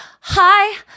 Hi